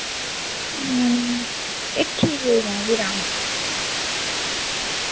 एह् ठीक ऐ फ्ही तां